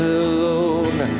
alone